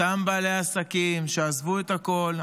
אותם בעלי עסקים שעזבו את הכול,